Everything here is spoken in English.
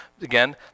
again